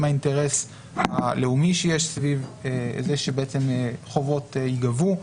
האינטרס הלאומי שיש סביב זה שבעצם חובות ייגבו,